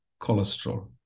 cholesterol